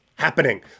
happening